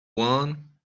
one